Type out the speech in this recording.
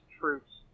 troops